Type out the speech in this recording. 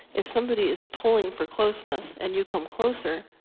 if somebody is pulling for closeness and you come closer,